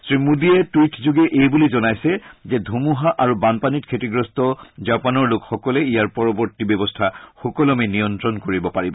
শ্ৰীমোদীয়ে টুইটযোগে এইবুলি জনাইছে যে ধুমুহা আৰু বানপানীত ক্ষতিগ্ৰস্ত জাপানৰ লোকসকলে ইয়াৰ পৰৱৰ্তি ব্যৱস্থা সুকলমে নিয়ন্ত্ৰণ কৰিব পাৰিব